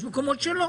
יש מקומות שלא.